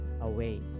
away